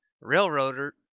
railroader